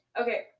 Okay